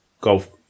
golf